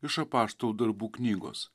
iš apaštalų darbų knygos